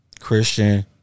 Christian